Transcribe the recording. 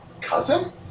cousin